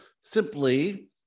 simply